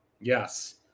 Yes